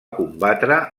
combatre